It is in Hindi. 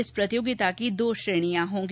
इस प्रतियोगिता में दो श्रेणियां होंगी